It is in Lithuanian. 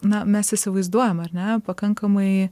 na mes įsivaizduojam ar ne pakankamai